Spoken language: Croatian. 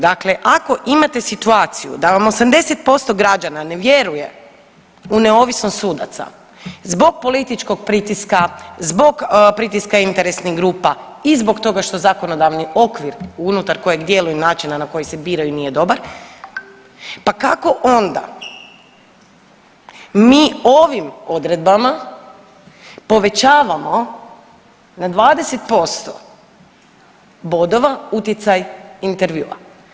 Dakle, ako imate situaciju da vam 80% građana ne vjeruje u neovisnost sudaca zbog političkog pritiska, zbog pritiska interesnih grupa i zbog toga što zakonodavni okvir unutar kojeg djeluju i načina na koji se biraju nije dobar, pa kako onda mi ovim odredbama povećavamo na 20% bodova utjecaj intervjua.